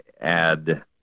add